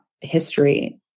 history